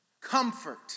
comfort